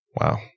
Wow